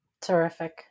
Terrific